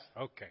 Okay